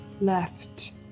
left